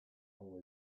all